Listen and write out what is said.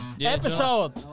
episode